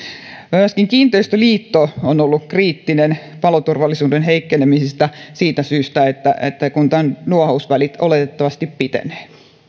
myöskin kiinteistöliitto on ollut kriittinen paloturvallisuuden heikkenemisestä siitä syystä että että nuohousvälit oletettavasti pitenevät